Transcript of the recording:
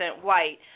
white